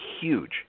huge